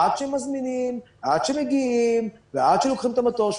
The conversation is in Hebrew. עד שמזמינים, עד שמגיעים ועד שלוקחים את המטוש.